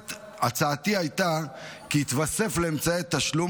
הצעתי הייתה כי יתווסף לאמצעי תשלום